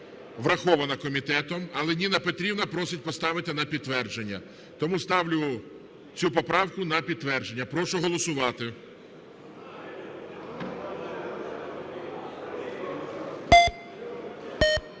Врахована комітетом, але Ніна Петрівна просить поставити на підтвердження. Тому ставлю цю поправку на підтвердження. Прошу голосувати.